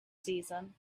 season